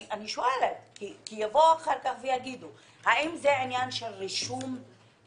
אני שואלת כי יבואו אחר כך וישאלו האם זה עניין של רישום ותלונות.